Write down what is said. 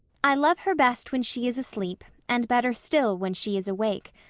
i love her best when she is asleep and better still when she is awake,